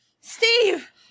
Steve